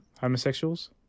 homosexuals